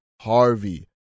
Harvey